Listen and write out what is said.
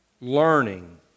learning